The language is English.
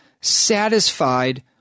satisfied